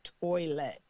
toilet